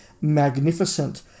magnificent